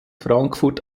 frankfurt